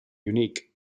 unique